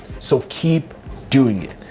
so keep doing it.